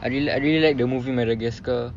I really like I really like the movie madagascar